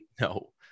No